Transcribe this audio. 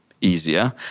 easier